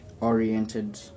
oriented